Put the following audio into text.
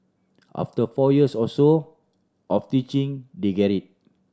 after four years or so of teaching they get it